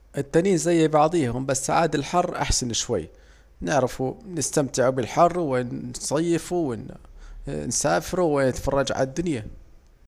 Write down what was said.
التنين زي بعض بس عاد الحر أحسن شوي، نعرف نستمتعوا بالحر ونصيفوا ونسافروا ونتفرجوا عالدنيا